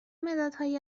مدادهایی